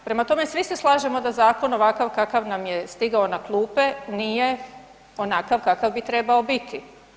Prema tome, svi se slažemo da zakon ovakav kakav nam je stigao na klupe nije onakav kakav bi trebao biti.